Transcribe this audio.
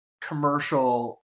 commercial